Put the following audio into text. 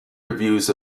reviews